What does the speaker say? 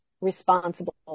responsible